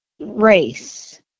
race